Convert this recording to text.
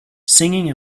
singing